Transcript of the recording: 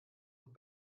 und